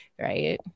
right